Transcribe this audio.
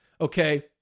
Okay